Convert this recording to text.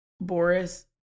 Boris